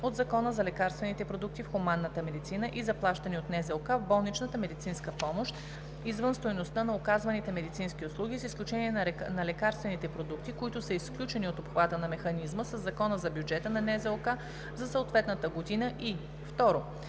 от Закона за лекарствените продукти в хуманната медицина и заплащани от НЗОК в болничната медицинска помощ извън стойността на оказваните медицински услуги, с изключение на лекарствените продукти, които са изключени от обхвата на механизма със Закона за бюджета на НЗОК за съответната година, и 2.